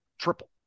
triple